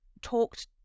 talked